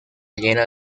llena